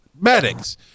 medics